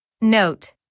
Note